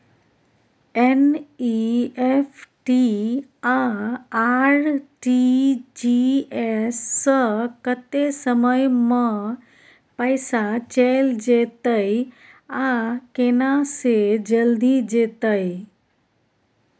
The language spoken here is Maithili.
एन.ई.एफ.टी आ आर.टी.जी एस स कत्ते समय म पैसा चैल जेतै आ केना से जल्दी जेतै?